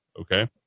okay